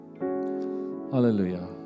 Hallelujah